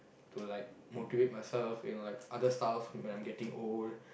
to like motivate myself in like other stuff when I'm getting old